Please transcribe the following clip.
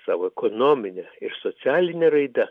savo ekonominę ir socialine raida